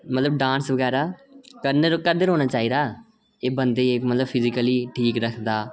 मतलब डांस बगैरा करदे रौह्ना चाहिदा एह् बंदे गी मतलब फिज़िकली ठीक रखदा ऐ